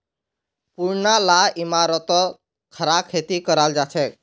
पुरना ला इमारततो खड़ा खेती कराल जाछेक